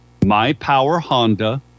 mypowerhonda